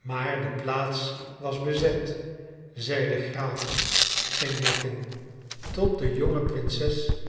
maar de plaats was bezet zeide graaf senjawin tot de jonge prinses